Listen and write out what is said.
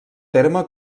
terme